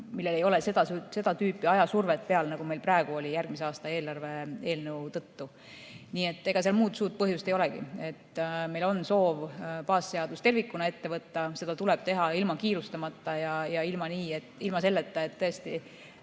millel ei ole seda tüüpi ajasurvet peal, nagu meil praegu oli järgmise aasta eelarve eelnõu tõttu. Ega seal muud suurt põhjust ei olegi. Meil on soov baasseadus tervikuna ette võtta, seda tuleb teha ilma kiirustamata ja ilma selleta, et nädala